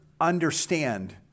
understand